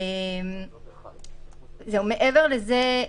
מעבר לזה,